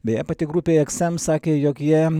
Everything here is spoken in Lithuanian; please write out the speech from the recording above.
beje pati grupė eksem sakė jog jie